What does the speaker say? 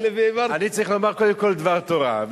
אני צריך לומר קודם כול דבר תורה,